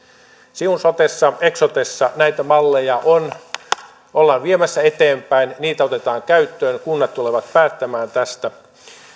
siun sotessa eksotessa näitä malleja ollaan viemässä eteenpäin niitä otetaan käyttöön kunnat tulevat päättämään tästä